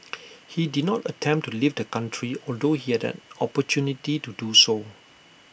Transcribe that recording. he did not attempt to leave the country although he had an opportunity to